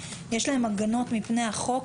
יש להם הגנות מרחיקות לכת מפני החוק,